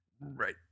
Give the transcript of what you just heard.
Right